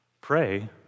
Pray